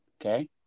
okay